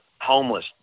homeless